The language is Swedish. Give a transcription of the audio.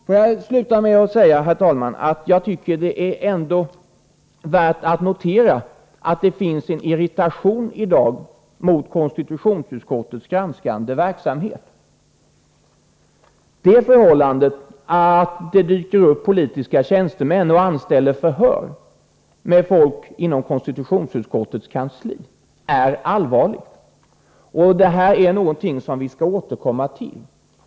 Får jag sluta med att säga, herr talman, att jag tycker att det ändå är värt att notera att det finns en irritation i dag mot konstitutionsutskottets granskningsverksamhet. Det förhållandet att det dyker upp politiska tjänstemän och anställer förhör med folk inom konstitutionsutskottets kansli är allvarligt. Det är någonting som vi skall återkomma till.